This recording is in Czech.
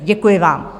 Děkuji vám.